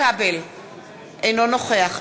אמרת שאתה לא משתתף.